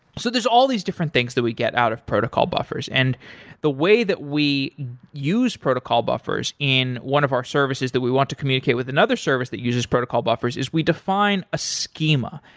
so there's all these different things that we get out of protocol buffers, and the way that we use protocol buffers in one of our services that we want to communicate with another service that uses protocol buffers is we define a schema,